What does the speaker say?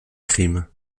crime